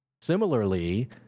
Similarly